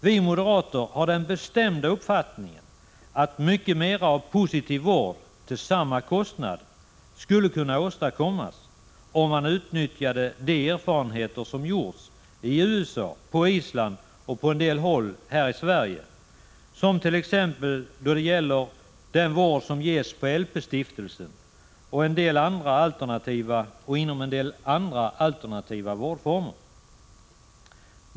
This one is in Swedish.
Vi moderater har den bestämda uppfattningen att mycket mera av positiv vård — till samma kostnad — skulle kunna åstadkommas om man utnyttjade de erfarenheter som har gjorts i USA, på Island och på en del håll i Sverige, t.ex. den vård som ges på LP-stiftelsen och inom en del andra alternativa vårdformer.